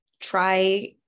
try